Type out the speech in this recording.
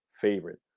favorite